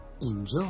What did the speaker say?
enjoy